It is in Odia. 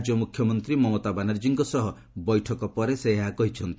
ରାଜ୍ୟ ମୁଖ୍ୟମନ୍ତ୍ରୀ ମମତା ବାନାର୍ଜୀଙ୍କ ସହ ବୈଠକ ପରେ ସେ ଏହା କହିଛନ୍ତି